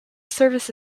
service